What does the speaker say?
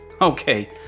Okay